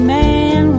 man